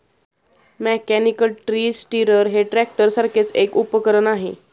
mechanical tree stirrer हे ट्रॅक्टरसारखेच एक उपकरण आहे